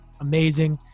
amazing